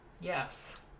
Yes